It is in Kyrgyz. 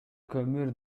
көмүр